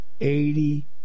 eighty